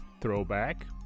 throwback